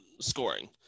scoring